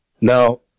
now